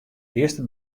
earste